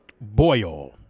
Boyle